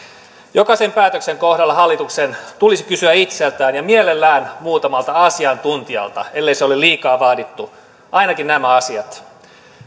jokaisen päätöksen kohdalla hallituksen tulisi kysyä itseltään ja mielellään muutamalta asiantuntijalta ellei se ole liikaa vaadittu ainakin nämä asiat